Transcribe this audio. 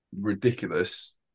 ridiculous